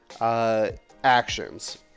Actions